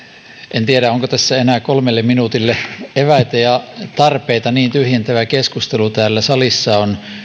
en tiedä onko tässä enää kolmelle minuutille eväitä ja tarpeita niin tyhjentävä keskustelu täällä salissa on